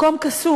מקום קסום.